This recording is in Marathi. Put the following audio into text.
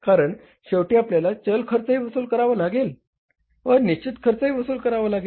कारण शेवटी आपल्याला चल खर्चही वसूल करावा लागेल व निश्चित खर्चही वसूल करावा लागेल